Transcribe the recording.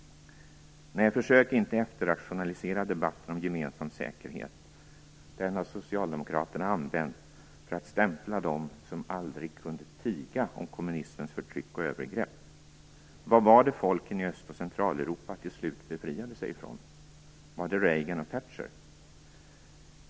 Försök inte efterrationalisera debatten om gemensam säkerhet. Den har Socialdemokraterna använt för att stämpla dem som aldrig kunde tiga om kommunismens förtryck och övergrepp. Vad var det folken i Öst och Centraleuropa till slut befriade sig från? Var det från Reagan och Thatcher?